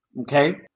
okay